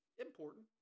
important